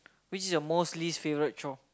which is your most least favorite chore